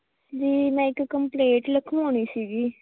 ਜੀ ਮੈਂ ਇੱਕ ਕੰਪਲੇਂਟ ਲਖਵਾਉਣੀ ਸੀ